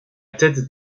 tête